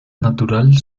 natural